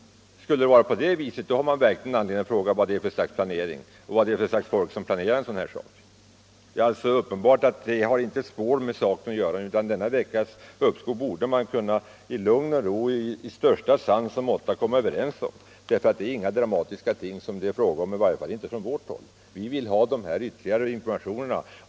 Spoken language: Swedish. Om det vore på det viset skulle man verkligen ha anledning att fråga vad det är för slags planering och vad det är för slags folk som sköter planeringen. Det är uppenbart att oviljan att återremittera ärendet inte har ett spår med den saken att göra. En veckas uppskov borde man i lugn och ro och med sans och måtta kunna komma överens om, för det är inga dramatiska ting det är fråga om — inte från vårt håll. Vi vill endast ha ytterligare informationer.